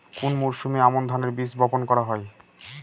কোন মরশুমে আমন ধানের বীজ বপন করা হয়?